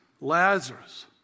Lazarus